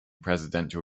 presidential